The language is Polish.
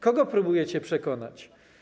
Kogo próbujecie przekonać?